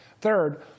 Third